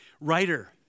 writer